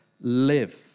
live